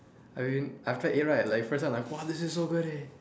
I mean after I eat right like first time I !wah! this is so good eh